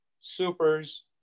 supers